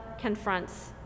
confronts